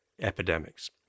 epidemics